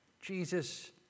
Jesus